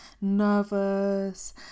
nervous